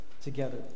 together